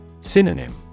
Synonym